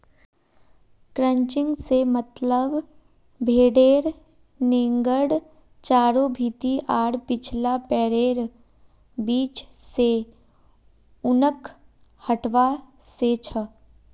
crutching से मतलब भेडेर नेंगड चारों भीति आर पिछला पैरैर बीच से ऊनक हटवा से छ